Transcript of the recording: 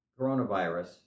Coronavirus